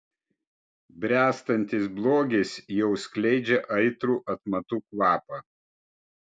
bręstantis blogis jau skleidžia aitrų atmatų kvapą